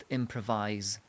improvise